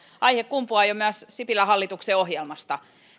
aihe kumpuaa jo myös sipilän hallituksen ohjelmasta